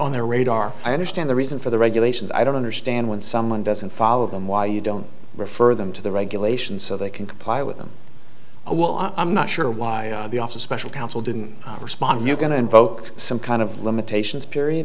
on their radar i understand the reason for the regulations i don't understand when someone doesn't follow them why you don't refer them to the regulations so they can comply with them oh well i'm not sure why the office special council didn't respond you're going to invoke some kind of limitations period